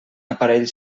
aparell